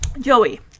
Joey